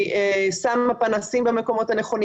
היא שמה פנסים במקומות הנכונים.